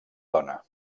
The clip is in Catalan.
dona